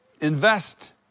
invest